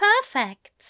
perfect